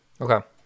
okay